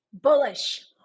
Bullish